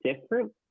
different